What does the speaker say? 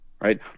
right